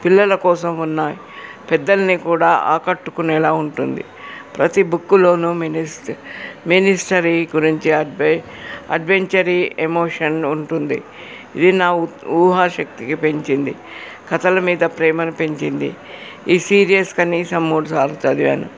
పిల్లల కోసం ఉన్నాయి పెద్దల్ని కూడా ఆకట్టుకునేలా ఉంటుంది ప్రతి బుక్కులోనూ మినిస్ మినిస్టరీ గురించి అడ్వె అడ్వెంచర్ ఎమోషన్ ఉంటుంది ఇది నా ఊహా శక్తిని పెంచింది కథల మీద ప్రేమను పెంచింది ఈ సిరీస్ కనీసం మూడు సార్లు చదివాను